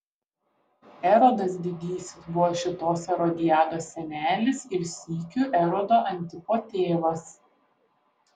erodas didysis buvo šitos erodiados senelis ir sykiu erodo antipo tėvas